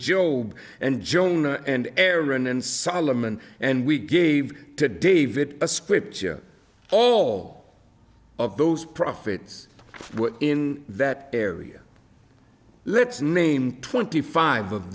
job and jonah and aaron and solomon and we gave to david a scripture all of those profits in that area let's name twenty five of